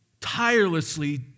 tirelessly